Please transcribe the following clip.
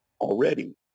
already